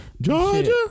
Georgia